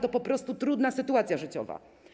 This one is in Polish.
To po prostu trudna sytuacja życiowa.